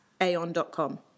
aon.com